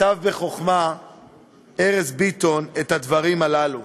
כתב ארז ביטון בחוכמה את הדברים הללו.